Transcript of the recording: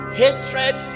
hatred